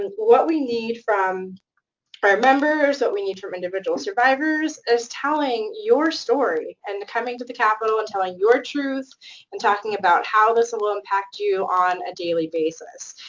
and what we need from our members, what we need from individual survivors is telling your story and coming to the capitol and telling your truth and talking about how this will impact you on a daily basis.